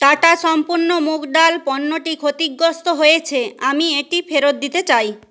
tata সম্পন্ন মুগ ডাল পণ্যটি ক্ষতিগ্রস্ত হয়েছে আমি এটি ফেরত দিতে চাই